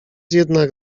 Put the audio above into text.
jednak